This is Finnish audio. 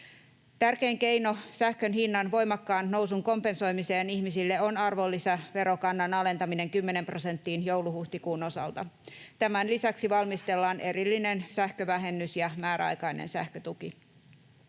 Tärkein keino sähkön hinnan voimakkaan nousun kompensoimiseen ihmisille on arvonlisäverokannan alentaminen 10 prosenttiin joulu—huhtikuun osalta. Tämän lisäksi valmistellaan erillinen sähkövähennys ja määräaikainen sähkötuki.